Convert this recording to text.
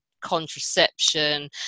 contraception